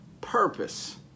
Purpose